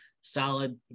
solid